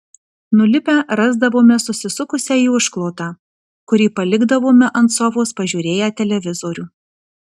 nulipę rasdavome susisukusią į užklotą kurį palikdavome ant sofos pažiūrėję televizorių